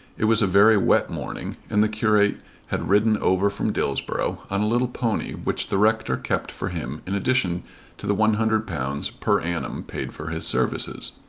it was a very wet morning and the curate had ridden over from dillsborough on a little pony which the rector kept for him in addition to the one hundred pounds per annum paid for his services.